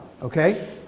Okay